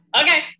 Okay